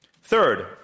Third